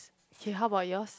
okay how about yours